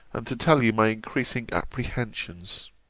and to tell you my increasing apprehensions.